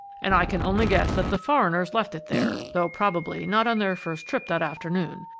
and i can only guess that the foreigners left it there, though probably not on their first trip that afternoon.